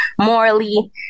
morally